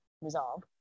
resolve